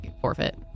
forfeit